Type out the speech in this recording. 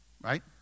Right